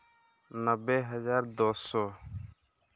ᱱᱚᱵᱽᱵᱳᱭ ᱦᱟᱡᱟᱨ ᱫᱩ ᱥᱚ